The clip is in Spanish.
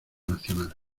nacional